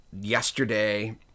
yesterday